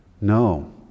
No